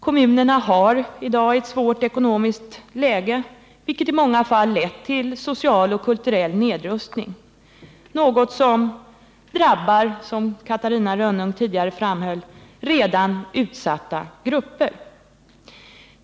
Kommunerna har i dag ett svårt ekonomiskt läge, vilket i många fall lett till social och kulturell nedrustning. Detta drabbar — som Catarina Rönnung tidigare framhöll — redan utsatta grupper.